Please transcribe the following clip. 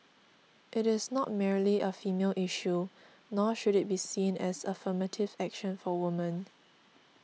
it is not merely a female issue nor should it be seen as affirmative action for women